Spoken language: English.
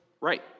Right